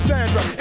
Sandra